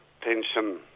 tension